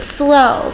slow